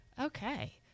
Okay